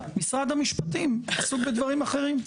אבל משרד המשפטים עסוק בדברים אחרים.